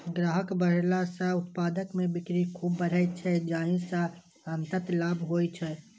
ग्राहक बढ़ेला सं उत्पाद के बिक्री खूब बढ़ै छै, जाहि सं अंततः लाभ होइ छै